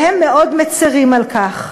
והם מאוד מצרים על כך.